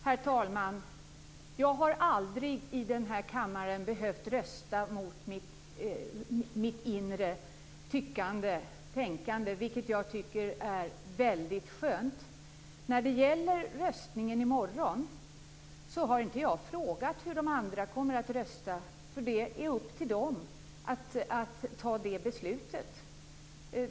Herr talman! Jag har aldrig i den här kammaren behövt rösta mot mitt inre tyckande och tänkande, vilket jag tycker är väldigt skönt. Jag har inte frågat hur de andra kommer att rösta vid röstningen i morgon. Det är nämligen upp till dem att fatta det beslutet.